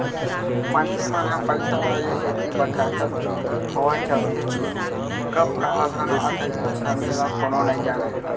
मनसे मन ह पइसा ल ए सेती बचाचत होय चलथे के कब का अलहन आ जाही समे ल कोनो नइ जानयँ